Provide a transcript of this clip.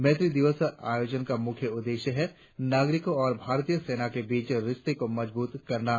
मैत्री दिवस आयोजन का मुख्य उद्देश्य है नाग़रिकों और भारतीय सेना के बीच रिश्ते को मजबूत करना है